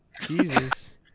Jesus